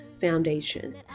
foundation